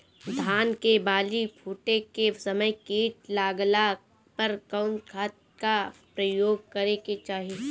धान के बाली फूटे के समय कीट लागला पर कउन खाद क प्रयोग करे के चाही?